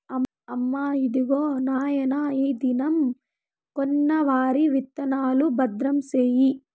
అమ్మా, ఇదిగో నాయన ఈ దినం కొన్న వరి విత్తనాలు, భద్రం సేయి